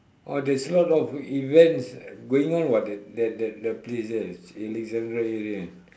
oh there's a lot of events going on what that that that the place there Alexandra area